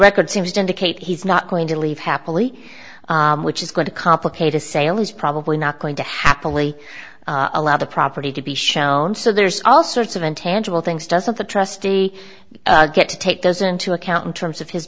record seems to indicate he's not going to leave happily which is going to complicate a sale is probably not going to happily allow the property to be shown so there's all sorts of intangible things doesn't the trustee get to take those into account in terms of his